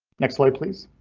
next slide, please.